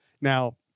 Now